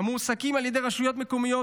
המועסקים על ידי רשויות מקומיות,